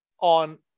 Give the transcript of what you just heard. on